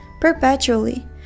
perpetually